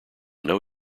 know